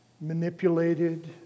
manipulated